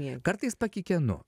je kartais pakikenu